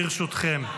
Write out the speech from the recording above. ברשותכם,